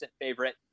favorite